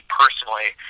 personally